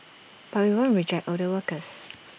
but we won't reject older workers